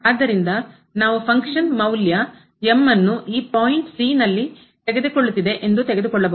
ಆದ್ದರಿಂದ ನಾವು ಫಂಕ್ಷನ್ ಕಾರ್ಯ ಮೌಲ್ಯ M ನ್ನು ಈ ಪಾಯಿಂಟ್ ಬಿಂದು ನಲ್ಲಿ ತೆಗೆದುಕೊಳ್ಳುತ್ತಿದೆ ಎಂದು ತೆಗೆದುಕೊಳ್ಳಬಹುದು